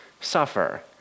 suffer